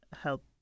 help